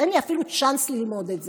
אין לי אפילו צ'אנס ללמוד את זה,